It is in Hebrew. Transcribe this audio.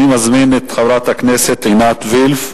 אני מזמין את חברת הכנסת עינת וילף,